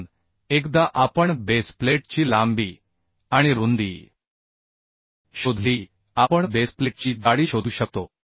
म्हणून एकदा आपण बेस प्लेटची लांबी आणि रुंदी शोधली की आपण बेस प्लेटची जाडी शोधू शकतो